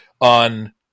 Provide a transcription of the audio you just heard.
on